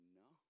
no